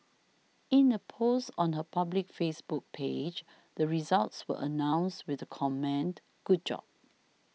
in a post on her public Facebook page the results were announced with the comment Good job